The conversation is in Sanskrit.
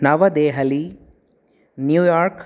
नवदेहली न्यूयार्क्